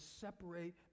separate